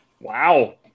Wow